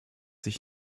sich